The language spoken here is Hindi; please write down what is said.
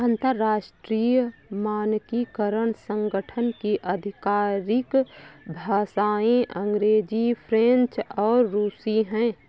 अंतर्राष्ट्रीय मानकीकरण संगठन की आधिकारिक भाषाएं अंग्रेजी फ्रेंच और रुसी हैं